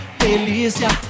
delícia